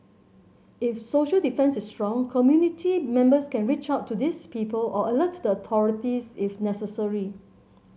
if social defence is strong community members can reach out to these people or alert the authorities if necessary